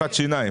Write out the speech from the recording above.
למה.